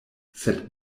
sed